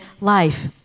life